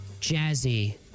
jazzy